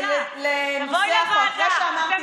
תבואי ותשבי בוועדה, תבואי לוועדה.